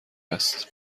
است